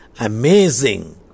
amazing